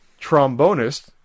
Trombonist